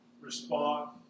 respond